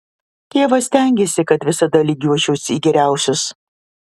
tėvas stengėsi kad visada lygiuočiausi į geriausius